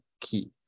key